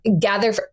gather